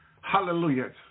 Hallelujah